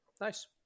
Nice